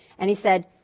and he said,